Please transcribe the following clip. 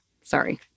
Sorry